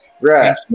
Right